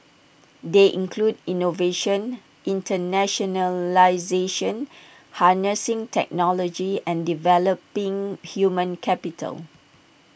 they include innovation internationalisation harnessing technology and developing human capital